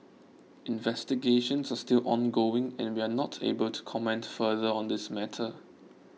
investigations are still ongoing and we are not able to comment further on this matter